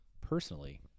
personally